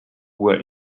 were